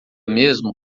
mesmo